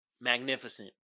Magnificent